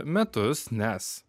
metus nes